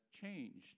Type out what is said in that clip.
changed